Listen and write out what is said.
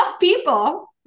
people